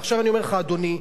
ועכשיו, אני אומר לך, אדוני,